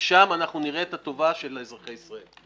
ושם אנחנו נראה את הטובה של אזרחי ישראל.